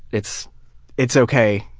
it's it's okay,